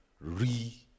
re